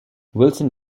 wilson